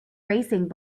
racing